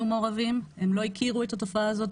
הם לא הכירו את התופעה הזו,